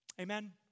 Amen